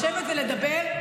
לשבת ולדבר,